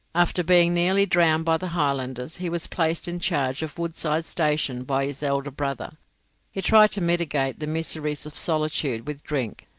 after being nearly drowned by the highlanders he was placed in charge of woodside station by his elder brother he tried to mitigate the miseries of solitude with drink,